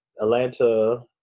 Atlanta